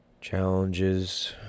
Challenges